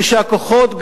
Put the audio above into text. כשהכוחות,